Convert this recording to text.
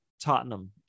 tottenham